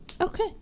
Okay